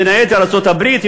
בין היתר על ארצות-הברית,